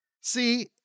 See